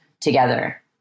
together